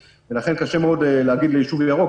קשה מאוד להגיד ליישוב ירוק,